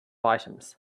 items